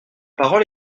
parole